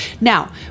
Now